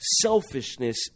selfishness